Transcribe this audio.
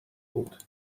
بود